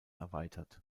erweitert